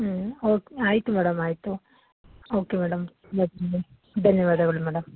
ಹ್ಞೂ ಓಕ್ ಆಯಿತು ಮೇಡಮ್ ಆಯಿತು ಓಕೆ ಮೇಡಮ್ ಓಕೆ ಧನ್ಯವಾದಗಳು ಮೇಡಮ್